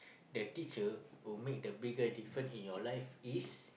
the teacher who make the biggest different in your life is